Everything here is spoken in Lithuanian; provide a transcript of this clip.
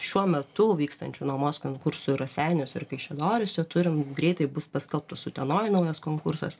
šiuo metu vykstančių nuomos konkursų raseiniuose ir kaišiadoryse turim greitai bus paskelbtas utenoj naujas konkursas